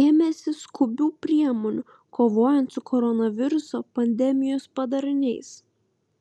ėmėsi skubių priemonių kovojant su koronaviruso pandemijos padariniais